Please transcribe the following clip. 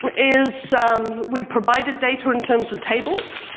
but is um we've provided data in terms of tables.